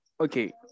okay